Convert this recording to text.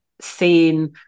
seeing